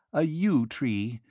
a yew tree,